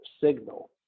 signal